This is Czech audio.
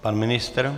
Pan ministr?